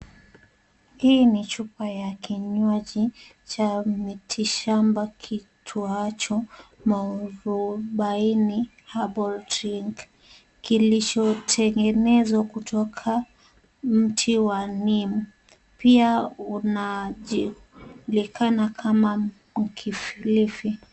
Hii ni chupa ya kinywaji cha miti shamba kiitwacho Mwarubaini herbal drink, kilichotengenezwa kutoka mti wa Neem. Pia unajulikana kama Mkilifi.